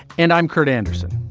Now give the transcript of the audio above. and i'm kurt andersen.